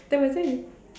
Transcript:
then was the the